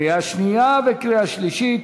קריאה שנייה וקריאה שלישית,